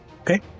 okay